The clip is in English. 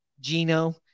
Gino